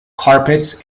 carpets